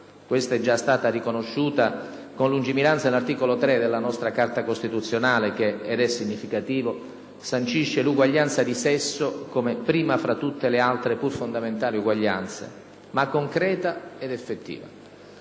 (questa è già stata riconosciuta con lungimiranza dall'articolo 3 della nostra Carta costituzionale che, ed è significativo, sancisce l'uguaglianza "di sesso" come prima fra tutte le altre pur fondamentali uguaglianze), ma concreta ed effettiva.